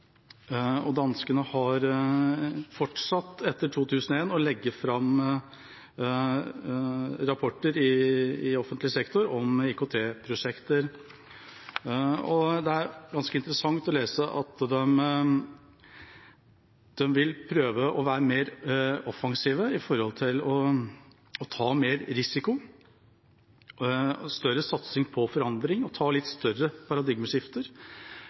av. Danskene har fortsatt etter 2001 med å legge fram rapporter i offentlig sektor om IKT-prosjekter. Det er ganske interessant å lese at de vil prøve å være mer offensive når det gjelder å ta mer risiko, satse mer på forandring og gjennomføre litt større paradigmeskifter.